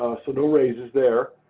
so, no raises there.